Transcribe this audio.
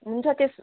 हुन्छ त्यस